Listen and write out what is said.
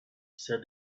said